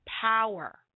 power